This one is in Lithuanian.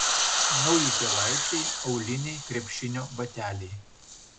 naujutėlaičiai auliniai krepšinio bateliai